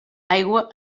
aigua